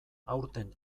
aurten